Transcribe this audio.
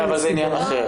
זה עניין אחר.